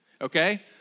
okay